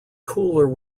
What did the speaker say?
cooler